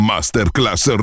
Masterclass